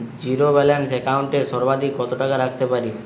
Zero balance account এ সর্বাধিক কত টাকা রাখতে পারি?